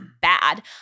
bad